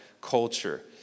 culture